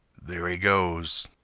there he goes!